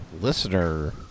listener